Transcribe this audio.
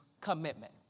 commitment